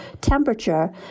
temperature